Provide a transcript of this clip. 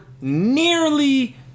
nearly